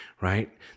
right